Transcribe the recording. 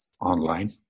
online